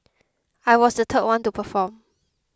I was the third one to perform